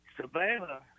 Savannah